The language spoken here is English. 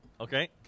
Okay